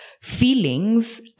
feelings